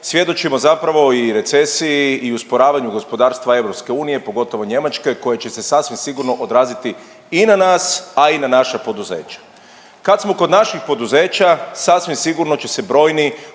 svjedočimo zapravo i recesiji i usporavanju gospodarstva EU, pogotovo Njemačke koja će se sasvim sigurno odraziti i na nas, a i na naša poduzeća. Kad smo kod naših poduzeća sasvim sigurno će se brojni